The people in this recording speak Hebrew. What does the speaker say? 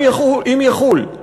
אם יחול.